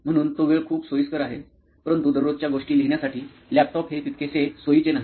म्हणून तो वेळ खूप सोयीस्कर आहे परंतु दररोजच्या गोष्टी लिहिण्यासाठी लॅपटॉप हे तितकेसे सोयीचे नाही